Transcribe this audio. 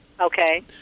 Okay